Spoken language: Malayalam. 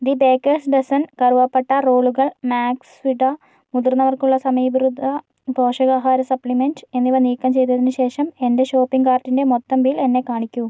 ദി ബേക്കേഴ്സ് ഡസൻ കറുവപ്പട്ട റോളുകൾ മാക്സ്വിട മുതിർന്നവർക്കുള്ള സമീകൃത പോഷകാഹാര സപ്ലിമെൻറ്റ് എന്നിവ നീക്കം ചെയ്തതിന് ശേഷം എന്റെ ഷോപ്പിംഗ് കാർട്ടിന്റെ മൊത്തം ബിൽ എന്നെ കാണിക്കൂ